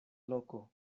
loko